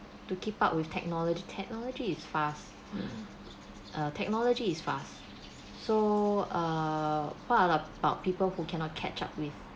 to keep up with technology technology is fast err technology is fast so err what about people who cannot catch up with